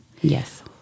Yes